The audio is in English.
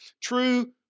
True